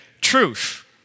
truth